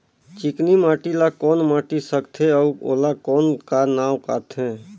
चिकनी माटी ला कौन माटी सकथे अउ ओला कौन का नाव काथे?